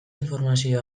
informazio